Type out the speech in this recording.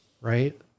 Right